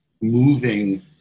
moving